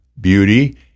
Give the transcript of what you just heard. beauty